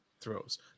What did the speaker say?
throws